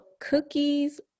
cookies